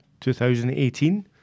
2018